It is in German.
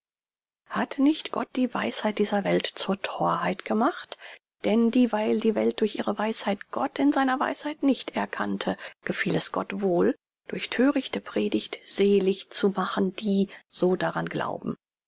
hat nicht gott die weisheit dieser welt zur thorheit gemacht denn dieweil die welt durch ihre weisheit gott in seiner weisheit nicht erkannte gefiel es gott wohl durch thörichte predigt selig zu machen die so daran glauben